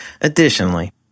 Additionally